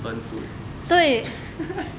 burn food